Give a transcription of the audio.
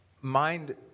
mind